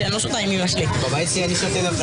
אני מניחה שכל מי שנמצא איתנו בזום,